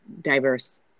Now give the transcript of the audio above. diverse